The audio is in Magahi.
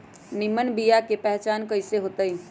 निमन बीया के पहचान कईसे होतई?